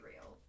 real